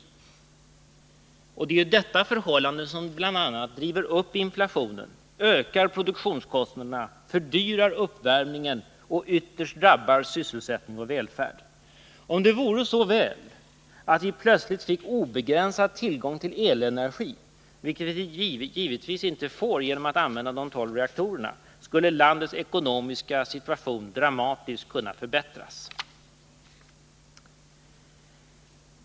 Det är bl.a. detta förhållande som driver upp inflationen, ökar produktionskostnaderna, fördyrar uppvärm ningen och ytterst drabbar sysselsättning och välfärd. Om det vore så väl att vi plötsligt fick obegränsad tillgång till elenergi, vilket vi givetvis inte får ens genom att använda de tolv reaktorerna, skulle landets ekonomiska situation dramatiskt kunna förbättras.